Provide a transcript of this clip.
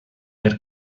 per